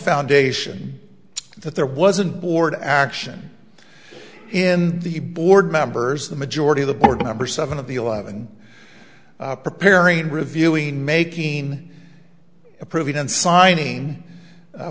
foundation that there wasn't board action in the board members the majority of the board member seven of the eleven preparing reviewing making approving and signing